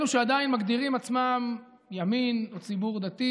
את אלו שעדיין מגדירים את עצמם ימין או ציבור דתי